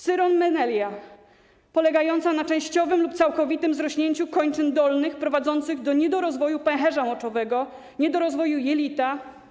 Syronmenelia polega na częściowym lub całkowitym zrośnięciu kończyn dolnych prowadzących do niedorozwoju pęcherza moczowego, niedorozwoju jelita.